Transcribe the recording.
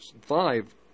five